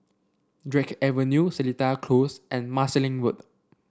Drake Avenue Seletar Close and Marsiling Road